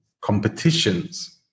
competitions